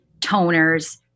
toners